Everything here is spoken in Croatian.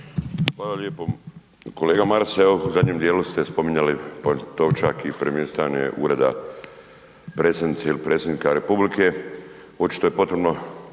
Hvala lijepo. Kolega Maras, evo u zadnjem dijelu ste spominjali Pantovčak i premještanje Ureda predsjednice ili predsjednika republike.